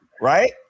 right